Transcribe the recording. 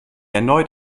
erneut